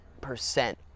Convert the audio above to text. percent